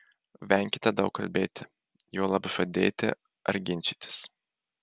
venkite daug kalbėti juolab žadėti ar ginčytis